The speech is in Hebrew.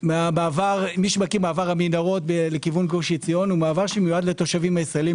מי שמכיר מעבר המנהרות לכיוון גוש עציון מיועד לתושבים הישראליים,